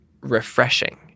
refreshing